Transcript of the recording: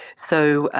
so,